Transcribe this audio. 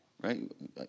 Right